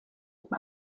ihm